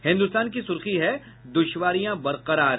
हिन्दुस्तान की सुर्खी है द्रश्वारियां बरकरार